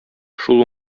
шул